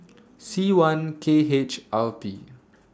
C one K H R P